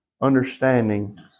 understanding